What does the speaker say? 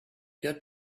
get